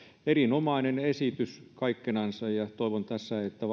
erinomainen esitys kaikkinensa ja toivon tässä että